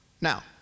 Now